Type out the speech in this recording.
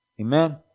Amen